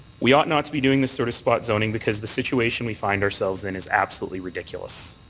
we ought not to be doing this sort of spot zoning because the situation we find ourselves in is absolutely ridiculous.